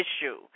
issue